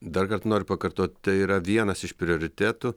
dar kartą noriu pakartot tai yra vienas iš prioritetų